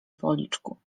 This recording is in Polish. policzku